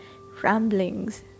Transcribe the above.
ramblings